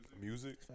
music